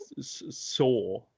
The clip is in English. saw